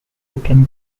within